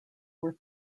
were